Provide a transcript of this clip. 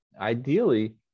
ideally